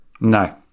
No